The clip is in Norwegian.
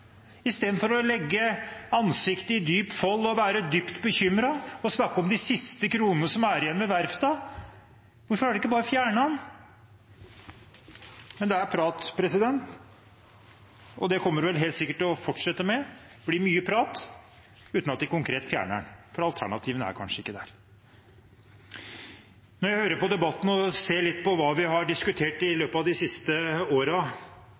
å legge ansiktet i dype folder og være dypt bekymret og snakke om de siste kronene som er igjen ved verftene. Hvorfor har de ikke bare fjernet den? Men det er prat, og det kommer det vel helt sikkert til å fortsette med. Det blir mye prat uten at de konkret fjerner den, for alternativene er kanskje ikke der. Når jeg hører på debatten og ser litt på hva vi har diskutert